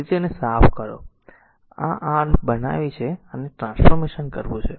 તેને સાફ કરો તેથી આ r બનાવી છે આને ટ્રાન્સફોર્મેશન કરવું છે